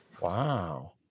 Wow